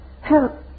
help